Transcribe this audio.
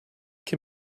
can